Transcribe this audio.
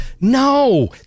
no